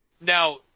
Now